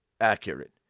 accurate